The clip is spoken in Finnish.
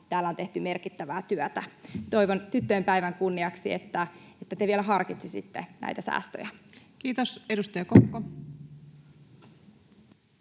on tehty merkittävää työtä. Toivon tyttöjen päivän kunniaksi, että te vielä harkitsisitte näitä säästöjä. [Speech 713] Speaker: